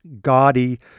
gaudy